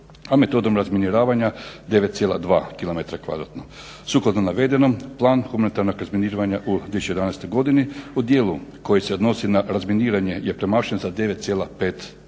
a metodom razminiravanja 9,2km2. Sukladno navedenom, Plan humanitarnog razminiravanja i 2011. godini u dijelu koji se odnosi na razminiranje je premašen za 9,5%.